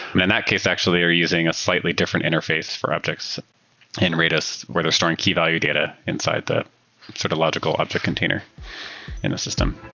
and and that case actually are using a slightly different interface for objects in rados where they're storing key value data inside the sort of logical object container in a system